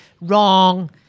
wrong